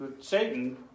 Satan